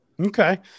Okay